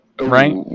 Right